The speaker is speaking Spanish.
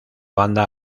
banda